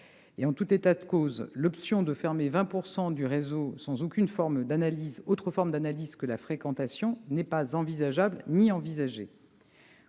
En tout état de cause, l'option consistant à fermer 20 % du réseau sans aucune autre forme d'analyse que celle de la fréquentation n'est pas envisageable ni envisagée.